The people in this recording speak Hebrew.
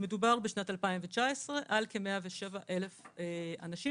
מדובר בשנת 2019 על כ-107,000 אנשים